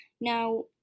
now